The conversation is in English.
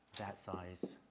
that size,